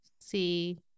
see